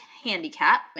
Handicap